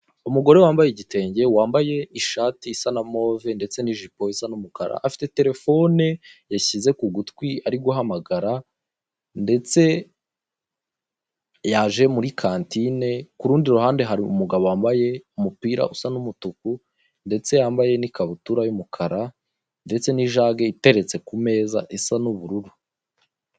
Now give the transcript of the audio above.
Umugore wambaye igitenge wambaye ishati isa na move ndetse n'ijipo isa n'umukara afite terefone yashyize ku ugutwi ari guhamagara ndetse yaje muri kantine kurundi ruhande hari umugabo wambaye umupira usa n'umutuku ndetse yambaye n'ikabutura y'umukara ndetse n'ijage iteretse kumeza isa n'ubururu.